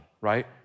right